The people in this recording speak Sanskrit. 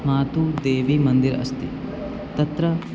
मातुः देवीमन्दिरम् अस्ति तत्र